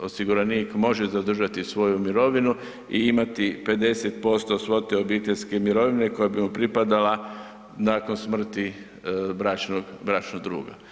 osiguranik može zadržati svoju mirovinu i imati 50% svote obiteljske mirovine koja bi mu pripadala nakon smrti bračnog druga.